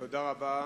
תודה רבה.